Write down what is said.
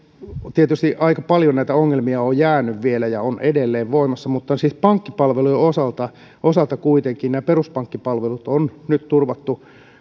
tietysti aika paljon näitä ongelmia on jäänyt vielä ja on edelleen voimassa mutta pankkipalvelujen osalta osalta kuitenkin nämä peruspankkipalvelut on nyt turvattu